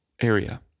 area